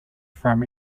from